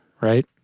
right